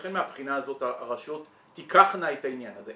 לכן מהבחינה הזאת הרשויות תיקחנה את העניין הזה.